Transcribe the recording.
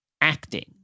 Acting